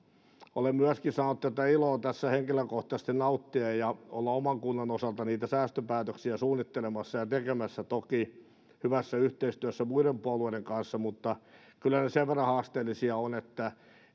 olen myöskin saanut tätä iloa tässä henkilökohtaisesti nauttia ja olla oman kuntani osalta niitä säästöpäätöksiä suunnittelemassa ja tekemässä toki hyvässä yhteistyössä muiden puolueiden kanssa mutta kyllä ne sen verran haasteellisia ovat että